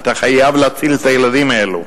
אתה חייב להציל את הילדים האלה.